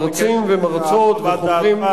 מרצים ומרצות וחוקרים.